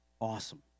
awesome